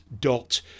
dot